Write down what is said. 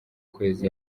kwezi